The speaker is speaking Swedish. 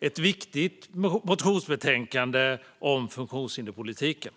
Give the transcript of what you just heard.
ett viktigt motionsbetänkande om funktionshinderspolitiken.